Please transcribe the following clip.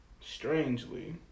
strangely